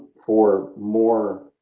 for more